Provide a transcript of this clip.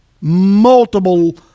Multiple